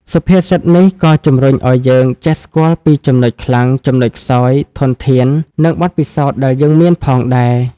សុភាសិតនេះក៏ជំរុញឲ្យយើងចេះស្គាល់ពីចំណុចខ្លាំង ចំណុចខ្សោយ ធនធាន និងបទពិសោធន៍ដែលយើងមានផងដែរ។